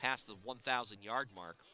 pass the one thousand yard mark